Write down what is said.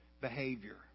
behavior